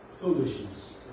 foolishness